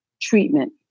treatment